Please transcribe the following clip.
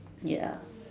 ya